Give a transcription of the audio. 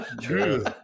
True